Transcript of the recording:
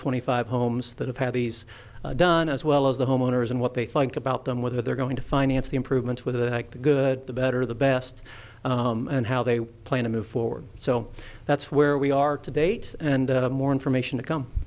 twenty five homes that have had these done as well as the homeowners and what they think about them whether they're going to finance the improvements with the good the better the best and how they plan to move forward so that's where we are to date and more information to come